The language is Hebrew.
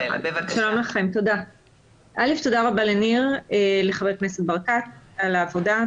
לכם, א', תודה רבה לחבר הכנסת ברקת על העבודה.